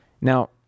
now